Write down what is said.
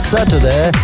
Saturday